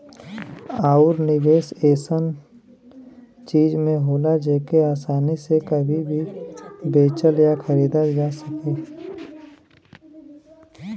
आउर निवेस ऐसन चीज में होला जेके आसानी से कभी भी बेचल या खरीदल जा सके